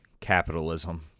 capitalism